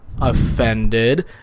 Offended